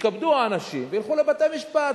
יתכבדו האנשים וילכו לבתי-משפט.